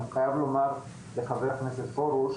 אני חייב לומר לחבר הכנסת פרוש,